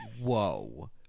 Whoa